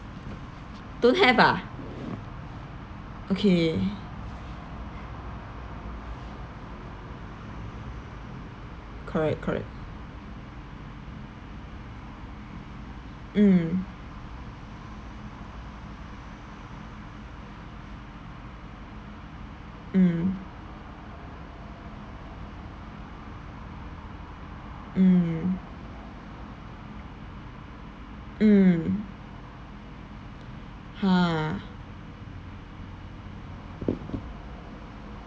don't have ah okay correct correct mm mm mm mm !huh!